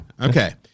okay